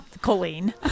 Colleen